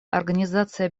организация